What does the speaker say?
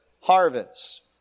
harvest